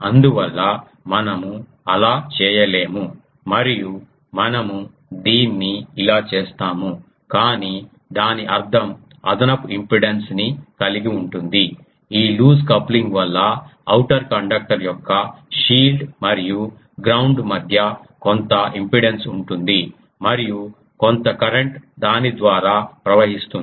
అందువల్ల మనము అలా చేయలేము మరియు మనము దీన్ని ఇలా చేస్తాము కాని దీని అర్థం అదనపు ఇంపెడెన్స్ ని కలిగి ఉంటుంది ఈ లూజ్ కప్లింగ్ వల్ల అవుటర్ కండక్టర్ యొక్క షీల్డ్ మరియు గ్రౌండ్ మధ్య కొంత ఇంపెడెన్స్ ఉంటుంది మరియు కొంత కరెంట్ దాని ద్వారా ప్రవహిస్తుంది